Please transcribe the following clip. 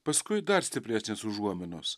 paskui dar stipresnės užuominos